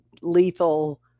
lethal